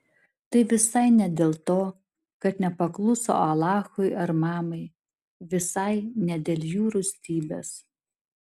tai visai ne dėl to kad nepakluso alachui ar mamai visai ne dėl jų rūstybės